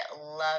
love